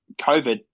covid